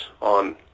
on